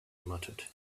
muttered